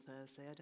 Thursday